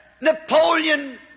Napoleon